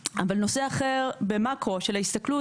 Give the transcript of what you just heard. אבל נושא אחר במאקרו של ההסתכלות,